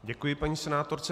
Děkuji paní senátorce.